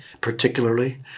particularly